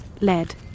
lead